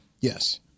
Yes